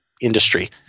industry